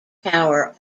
power